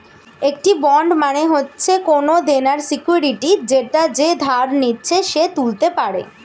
একটি বন্ড মানে হচ্ছে কোনো দেনার সিকিউরিটি যেটা যে ধার নিচ্ছে সে তুলতে পারে